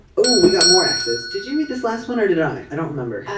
oh we got more access. did you read this last one or did i. i don't remember.